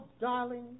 darling